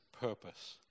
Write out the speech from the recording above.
purpose